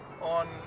on